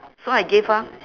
so I gave her